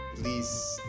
please